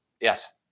yes